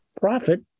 profit